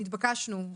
ונתבקשנו,